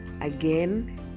Again